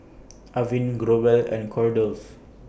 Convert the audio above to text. Avene Growell and Kordel's